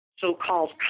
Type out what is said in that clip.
so-called